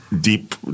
deep